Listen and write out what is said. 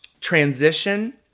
transition